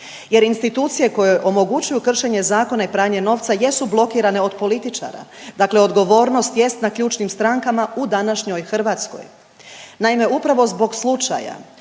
jer institucije koje omogućuju kršenje zakona i pranje novca jesu blokirane od političara. Dakle, odgovornost jest na ključnim strankama u današnjoj Hrvatskoj. Naime, upravo zbog slučaja